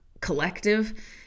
collective